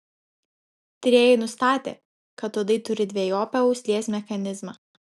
tyrėjai nustatė kad uodai turi dvejopą uoslės mechanizmą